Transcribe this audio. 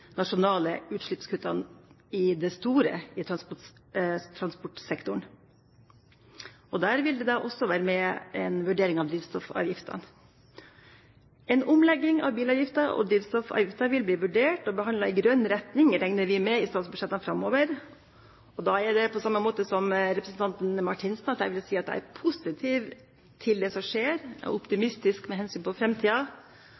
nasjonale utslippskuttene i den store transportsektoren. Der vil det også være med en vurdering av drivstoffavgiften. En omlegging av bilavgiften og drivstoffavgiften vil bli vurdert og behandlet i grønn retning – regner vi med – i statsbudsjettene framover. I likhet med representanten Marthinsen vil jeg si at jeg er positiv til det som skjer,